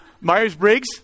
Myers-Briggs